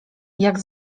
jak